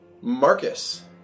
Marcus